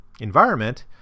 environment